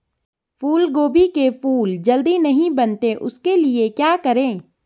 फूलगोभी के फूल जल्दी नहीं बनते उसके लिए क्या करें?